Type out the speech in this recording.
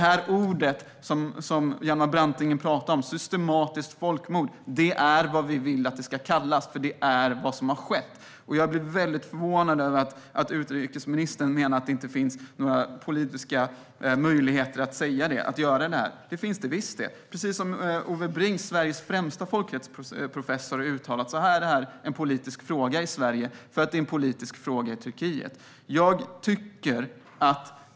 Hjalmar Branting pratade om systematiskt folkmord, och det är vad vi vill att det ska kallas, eftersom det är vad som har skett. Jag blev väldigt förvånad när utrikesministern sa att det inte finns några politiska möjligheter att kalla det för folkmord. Det finns det visst, men precis som Ove Bring - Sveriges främsta professor i folkrätt - har uttalat är detta en politisk fråga i Sverige därför att det är en politisk fråga i Turkiet.